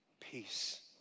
Peace